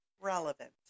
relevant